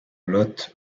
l’hôte